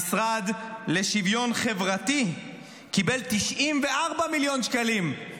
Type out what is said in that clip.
היום המשרד לשוויון חברתי קיבל 94 מיליון שקלים.